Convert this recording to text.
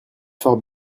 fort